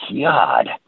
God